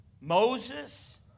Moses